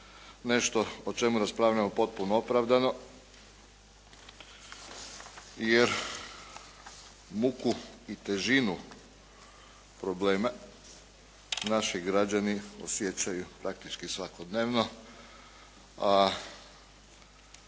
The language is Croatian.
nešto o čemu raspravljamo potpuno opravdano, jer muku i težinu problema, naši građani osjećaju praktički svakodnevno, a